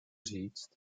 říct